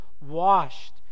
washed